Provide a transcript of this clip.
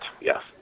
yes